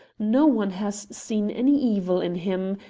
no one has seen any evil in him,